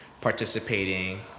participating